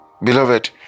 beloved